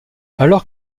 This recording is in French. alors